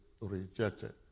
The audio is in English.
rejected